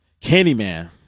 Candyman